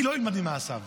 אני לא אלמד ממעשיו.